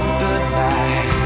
goodbye